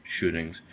shootings